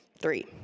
Three